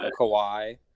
Kawhi